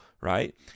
right